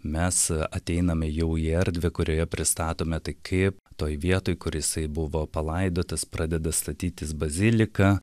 mes a ateiname jau į erdvę kurioje pristatome tai kaip toj vietoj kur jisai buvo palaidotas pradeda statytis bazilika